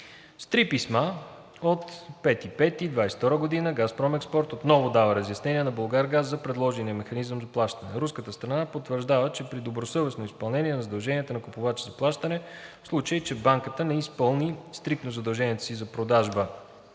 С три писма от 5 май 2022 г. ООО „Газпром Експорт“ отново дава разяснения на „Булгаргаз“ за предложения механизъм на плащане. Руската страна потвърждава, че при добросъвестно изпълнение на задълженията на купувача за плащане, в случай че банката не изпълни стриктно задълженията си за продажба